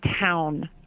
town